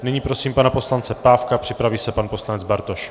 Nyní prosím pana poslance Pávka, připraví se pan poslanec Bartoš.